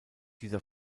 dieser